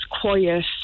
quiet